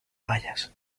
fallas